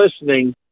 listening